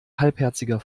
halbherziger